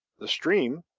the stream,